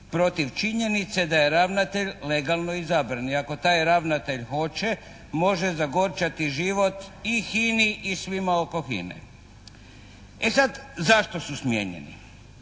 protiv činjenice da je ravnatelj legalno izabran i ako taj ravnatelj hoće, može zagorčati život i HINA-i i svima oko HINA-e. E sad, zašto su smijenjeni?